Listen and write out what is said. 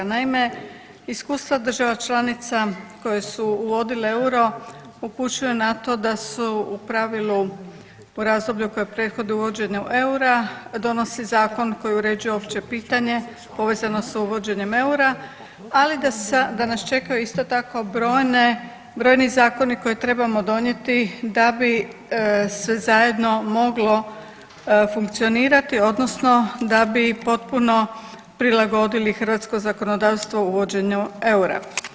Naime, iskustva država članica koje su uvodile euro upućuje na to da su u pravili u razdoblju koje prethodi uvođenju eura donosi zakon koji uređuje opće pitanje povezano s uvođenjem eura, ali da nas čekaju isto tako brojne, brojni zakoni koje trebamo donijeti da bi sve zajedno moglo funkcionirati odnosno da bi potpuno prilagodili hrvatsko zakonodavstvo uvođenju eura.